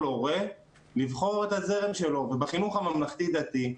הורה לבחור את הזרם שלו ובחינוך הממלכתי דתי,